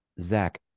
Zach